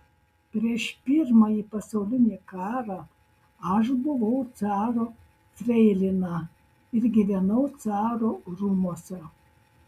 prieš pirmąjį pasaulinį karą aš buvau caro freilina ir gyvenau caro rūmuose